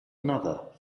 another